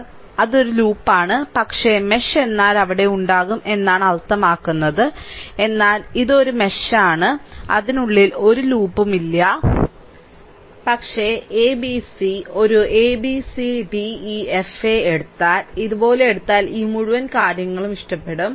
അതിനാൽ ഇത് ഒരു ലൂപ്പാണ് പക്ഷേ മെഷ് എന്നാൽ അവിടെ ഉണ്ടാകും എന്നാണ് അർത്ഥമാക്കുന്നത് എന്നാൽ ഇത് ഇത് ഒരു മെഷ് ആണ് അതിനുള്ളിൽ ഒരു ലൂപ്പും ഇല്ല പക്ഷേ a b c ഒരു a b c d e f a എടുത്താൽ ഇതുപോലെ എടുത്താൽ ഈ മുഴുവൻ കാര്യങ്ങളും ഇഷ്ടപ്പെടും